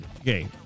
okay